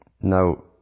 Now